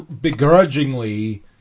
begrudgingly